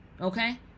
okay